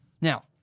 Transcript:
Now